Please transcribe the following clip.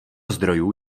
zdrojů